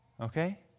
Okay